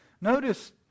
Notice